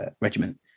Regiment